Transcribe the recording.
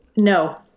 No